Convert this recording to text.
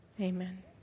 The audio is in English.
Amen